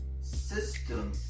system